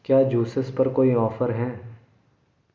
क्या जूसेस पर कोई ऑफर हैं